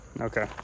Okay